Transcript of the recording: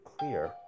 clear